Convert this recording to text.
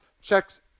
checks